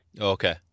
Okay